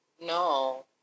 No